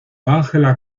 ángela